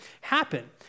happen